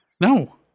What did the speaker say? No